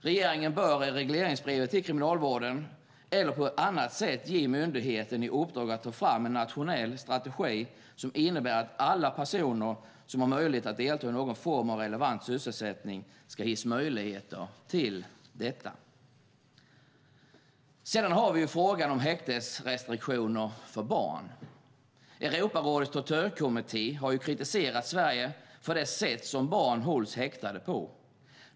Regeringen bör i regleringsbrevet till Kriminalvården eller på annat sätt ge myndigheten i uppdrag att ta fram en nationell strategi som innebär att alla personer som har möjlighet att delta i någon form av relevant sysselsättning ska ges möjligheter till det. Sedan har vi frågan om häktesrestriktioner för barn. Europarådets tortyrkommitté har kritiserat Sverige för det sätt som barn hålls häktade på.